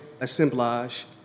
assemblage